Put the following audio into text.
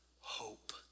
hope